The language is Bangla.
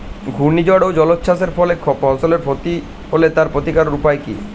ঘূর্ণিঝড় ও জলোচ্ছ্বাস এর ফলে ফসলের ক্ষয় ক্ষতি হলে তার প্রতিকারের উপায় কী?